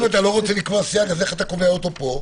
אז איך אתה קובע אותו פה?